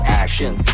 action